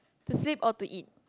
to sleep or to eat